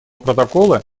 протокола